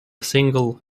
single